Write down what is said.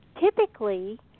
typically